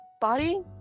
body